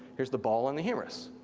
here's the ball on the humerus.